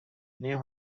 new